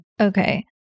Okay